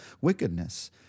wickedness